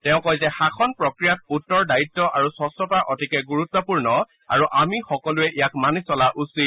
তেওঁ কয় যে শাসন প্ৰক্ৰিয়াত উত্তৰ দায়িত্ব আৰু স্বচ্ছতা অতিকে গুৰুত্বপূৰ্ণ আৰু আমি সকলোৱে ইয়াক মানি চলা উচিত